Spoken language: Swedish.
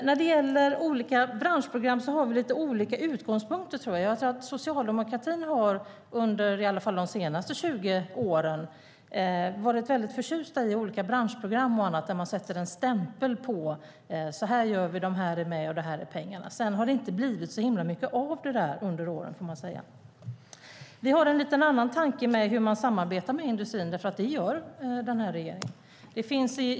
När det gäller branschprogram har vi lite olika utgångspunkter. Socialdemokratin har under i alla fall de senaste 20 åren varit väldigt förtjust i branschprogram och annat där man sätter en stämpel: så här gör vi, de här är med, och här är pengarna. Sedan har det dock inte blivit så mycket av det där under åren. Vi har en lite annan tanke om hur man samarbetar med industrin, för det gör den här regeringen.